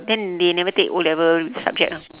then they never take O-level subject ah